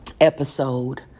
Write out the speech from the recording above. episode